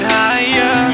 higher